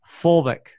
fulvic